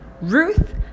Ruth